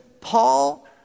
Paul